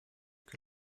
que